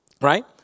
Right